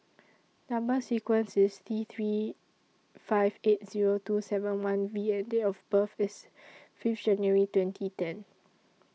Number sequence IS T three five eight Zero two seven one V and Date of birth IS five January twenty ten